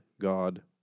God